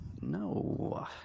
No